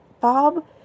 Bob